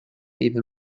even